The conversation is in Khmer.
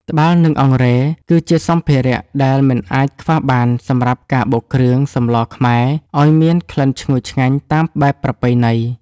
ត្បាល់ និងអង្រែ គឺជាសម្ភារៈដែលមិនអាចខ្វះបានសម្រាប់ការបុកគ្រឿងសម្លខ្មែរឱ្យមានក្លិនឈ្ងុយឆ្ងាញ់តាមបែបប្រពៃណី។